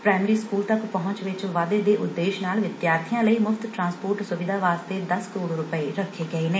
primary school ਤੱਕ ਪਹੁੰਚ ਵਿਚ ਵਾਧੇ ਦੇ ਉਦੇਸ਼ ਨਾਲ ਵਿਦਿਆਰਥੀਆਂ ਲੀ ਮੁਫ਼ਤ ਟਰਾਂਸਪੋਰਟ ਸੁਵਿਧਾ ਵਾਸਤੇ ਦੱਸ ਕਰੋੜ ਰੁਪੈ ਰੱਖੇ ਗਏ ਨੇ